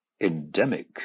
endemic